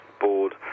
board